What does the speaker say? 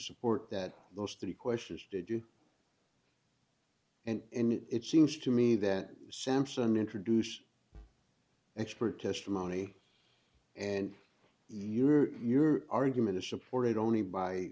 support that those three questions did you and it seems to me that sampson introduced expert testimony and your your argument is supported only by